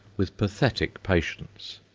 with pathetic patience.